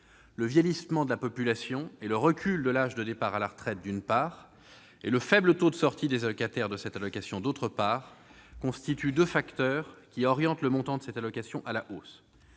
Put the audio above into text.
Le vieillissement de la population et le recul de l'âge de départ à la retraite, d'une part, et le faible taux de sortie des allocataires de cette allocation, d'autre part, constituent deux facteurs qui orientent le montant de cette allocation à la hausse.